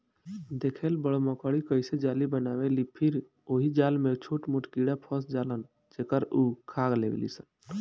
देखेल बड़ मकड़ी कइसे जाली बनावेलि फिर ओहि जाल में छोट मोट कीड़ा फस जालन जेकरा उ खा लेवेलिसन